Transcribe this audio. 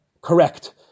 correct